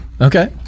Okay